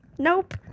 nope